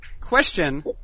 Question